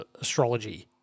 astrology